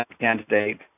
candidate